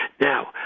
Now